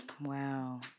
Wow